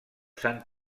sant